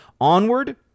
Onward